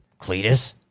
Cletus